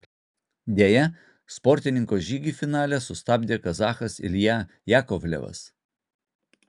deja sportininko žygį finale sustabdė kazachas ilja jakovlevas